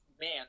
man